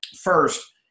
First